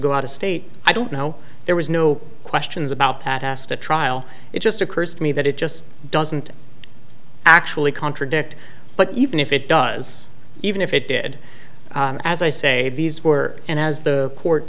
go out of state i don't know there was no questions about that asked the trial it just occurs to me that it just doesn't actually contradict but even if it does even if it did as i say these were and as the court